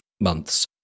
months